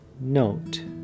note